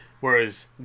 Whereas